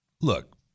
Look